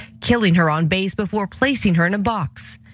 killing her on base before placing her in a box.